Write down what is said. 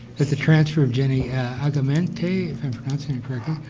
that the transfer of jenny agamaite, if i'm pronouncing it correctly.